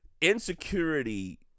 insecurity